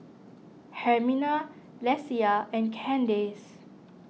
Hermina Lesia and Candace